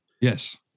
Yes